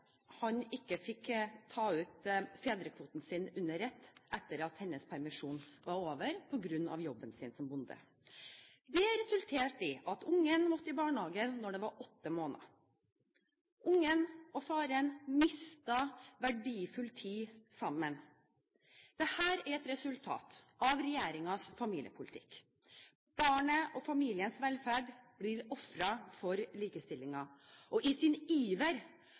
han fikk ikke ta ut fedrekvoten sin under ett etter at hennes permisjon var over på grunn av jobben som bonde. Det resulterte i at barnet måtte i barnehagen da det var åtte måneder. Barnet og faren mistet verdifull tid sammen. Dette er et resultat av regjeringens familiepolitikk. Barnets og familiens velferd blir ofret for likestillingen. I sin iver